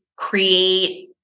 create